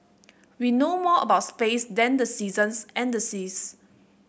we know more about space than the seasons and the seas